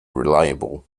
reliable